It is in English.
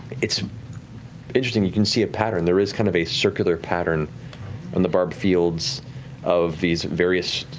it's interesting. you can see a pattern. there is kind of a circular pattern on the barbed fields of these various